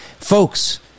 Folks